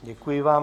Děkuji vám.